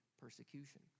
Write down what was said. persecution